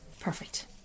Perfect